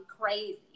crazy